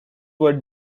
were